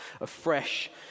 afresh